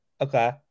Okay